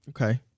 okay